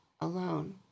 alone